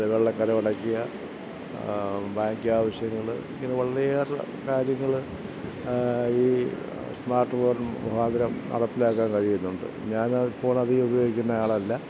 അതേപോലുള്ള കരമടയ്ക്കുക ബാങ്ക്യാവശ്യങ്ങള് ഇങ്ങനെ വളരെയേറെ കാര്യങ്ങള് ഈ സ്മാർട്ട് ഫോൺ മുഖാന്തരം നടപ്പിലാക്കാൻ കഴിയുന്നുണ്ട് ഞാനതിപ്പോളധികം ഉപയോഗിക്കുന്ന ആളല്ല